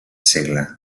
segle